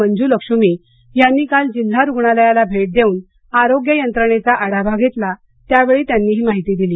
मंजुलक्ष्मी यांनी काल जिल्हा रुग्णालयाला भेट देऊन आरोग्य यंत्रणेचा आढावा घेतला त्यावेळी त्यांनी ही माहिती दिली